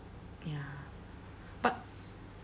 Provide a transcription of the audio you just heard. ya but